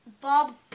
Bob